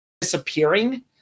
disappearing